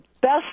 best